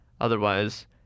Otherwise